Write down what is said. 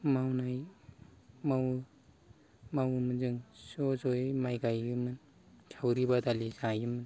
मावनाय मावो मावोमोन जों ज' ज'यै माइ गायोमोन सावरि बादालि जायोमोन